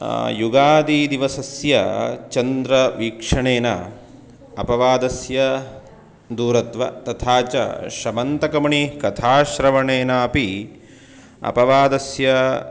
युगादीदिवसस्य चन्द्रवीक्षणेन अपवादस्य दूरयित्व तथा च श्यमन्तकमणि कथाश्रवणेनापि अपवादस्य